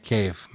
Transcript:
Cave